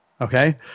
Okay